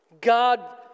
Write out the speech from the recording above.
God